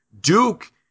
Duke